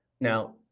Now